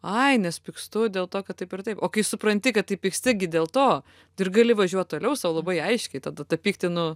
ai nes pykstu dėl to kad taip ir taip o kai supranti kad tai pyksti dėl to ir gali važiuot toliau sau labai aiškiai tada tą pyktį nu